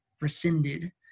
rescinded